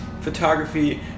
photography